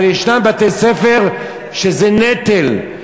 אבל ישנם בתי-ספר שזה נטל.